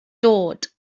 dod